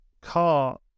car